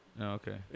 okay